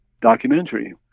documentary